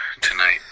tonight